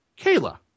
Kayla